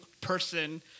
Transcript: person